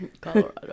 Colorado